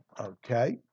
Okay